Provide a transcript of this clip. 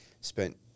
spent